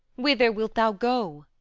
whither wilt thou go?